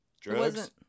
Drugs